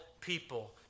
people